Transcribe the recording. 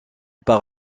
par